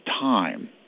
time